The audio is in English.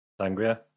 Sangria